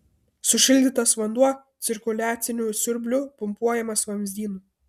sušildytas vanduo cirkuliaciniu siurbliu pumpuojamas vamzdynu